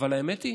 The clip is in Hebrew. אבל האמת היא